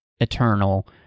Eternal